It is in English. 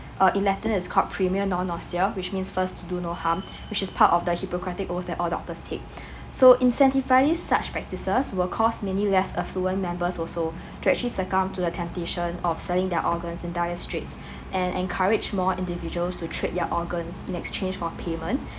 uh is called primum non nocere which means first to do no harm which is part of the hippocratic oath that all doctor takes so incentivise such practices will cause mainly less affluent member also to actually succumb to the temptation of selling their organs and die straight and encourage more individuals to trade their organs in exchange for payment